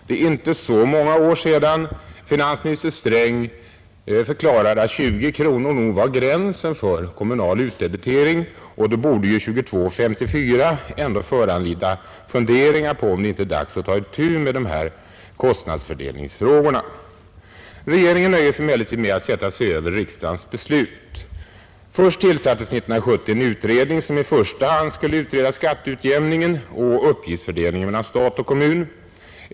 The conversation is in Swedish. Det är inte så många år sedan finansministern förklarade att 20 kronor nog var gränsen för kommunal utdebitering; då borde 22:54 föranleda funderingar på om det inte är dags att ta itu med dessa kostnadsfördelningsfrågor. Regeringen nöjer sig med att sätta sig över riksdagens beslut. Först tillsattes 1970 en utredning, som i första hand skulle utreda skatteutjämningen och uppgiftsfördelningen mellan stat och kommun.